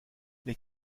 les